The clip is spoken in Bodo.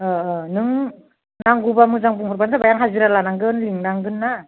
नों नांगौबा मोजां बुंहरबानो जाबाय आं हाजिरा लानांगोन लिंनांगोन ना